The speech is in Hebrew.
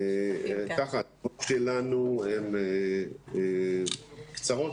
האמירות שלנו קצרות.